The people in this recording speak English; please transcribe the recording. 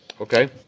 Okay